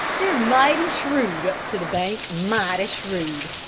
they're mighty shreud up to the bank, mighty shreud.